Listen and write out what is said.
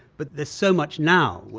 but there's so much now.